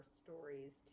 stories